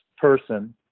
person